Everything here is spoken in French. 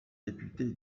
député